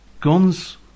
Guns